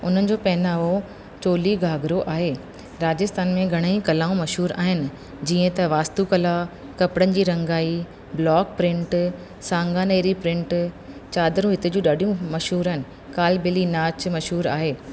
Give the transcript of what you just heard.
उन्हनि जो पहनावो चोली घाघरो आहे राजस्थान में घणे ई कलाऊं मशहूरु आहिनि जीअं त वास्तू कला कपिड़नि जी रंगाई ब्लॉक प्रिंट सांगानेरी प्रिंट चादरूं हिते जूं ॾाढियूं मशहूरु आहिनि काली ॿिली नाच मशहूरु आहे